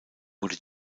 wurde